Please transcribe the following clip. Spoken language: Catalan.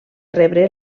rebre